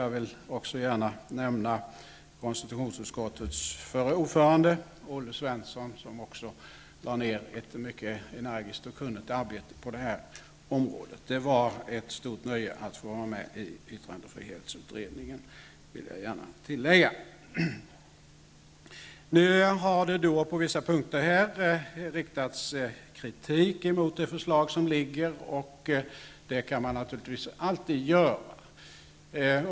Jag vill också nämna konstitutionsutskottets förre ordförande Olle Svensson, som har lagt ned ett mycket energiskt och kunnigt arbete på området. Det har varit ett stort nöje att få vara med i yttrandefrihetsutredningen. Det har på vissa punkter riktats kritik mot det förslag som ligger. Det kan man naturligtvis alltid göra.